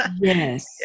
Yes